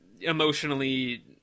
emotionally